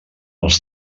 els